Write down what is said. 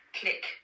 click